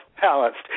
balanced